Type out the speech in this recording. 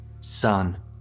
Son